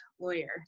lawyer